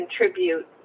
contribute